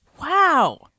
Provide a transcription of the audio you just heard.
Wow